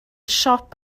siop